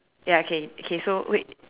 ya okay okay so wait